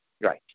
Right